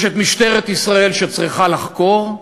יש משטרת ישראל, שצריכה לחקור,